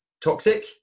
toxic